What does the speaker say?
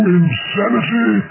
insanity